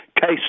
Case